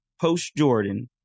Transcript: post-Jordan